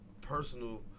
personal